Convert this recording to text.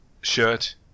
shirt